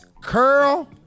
Curl